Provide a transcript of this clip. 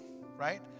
right